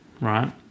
right